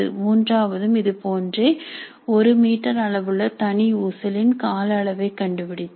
மூன்றாவதும் இது போன்றே ஒரு மீட்டர் அளவுள்ள தனி ஊசலின் கால அளவை கண்டுபிடித்தல்